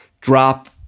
drop